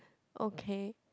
okay